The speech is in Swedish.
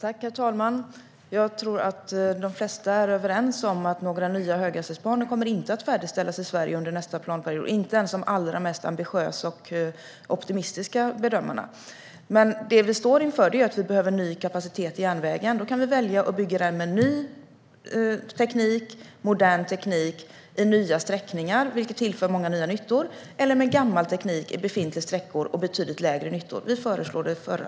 Herr talman! Jag tror att de flesta är överens om att det inte kommer att färdigställas några nya höghastighetsbanor under nästa planperiod. Inte ens de allra mest ambitiösa och optimistiska bedömarna tror det. Det vi står inför är att vi behöver ny kapacitet till järnvägen. Då kan vi välja att bygga den med ny, modern teknik med nya sträckningar, vilket tillför många nya nyttor, eller med gammal teknik i befintliga sträckor och betydligt färre nyttor. Vi föreslår det förra.